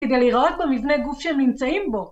כדי להראות במבנה גוף שהם נמצאים בו.